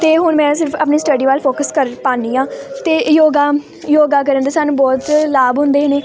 ਅਤੇ ਹੁਣ ਮੈਂ ਸਿਰਫ਼ ਆਪਣੀ ਸਟਡੀ ਵੱਲ ਫੋਕਸ ਕਰ ਪਾਉਦੀ ਹਾਂ ਅਤੇ ਯੋਗਾ ਯੋਗਾ ਕਰਨ ਦੇ ਸਾਨੂੰ ਬਹੁਤ ਲਾਭ ਹੁੰਦੇ ਨੇ